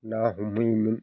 ना हमहैयोमोन